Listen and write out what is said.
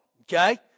okay